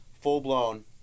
full-blown